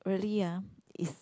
really ah is